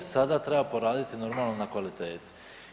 Sada treba poraditi normalno na kvaliteti.